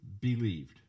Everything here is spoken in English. believed